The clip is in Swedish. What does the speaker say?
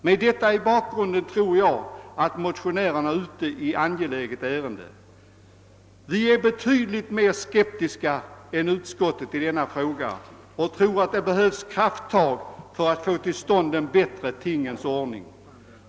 Mot denna bakgrund tror jag att motionärerna är ute i angeläget ärende. Vi är betydligt mer skeptiska än utskottet i denna fråga och tror att det behövs krafttag för att få till stånd en bättre tingens ordning.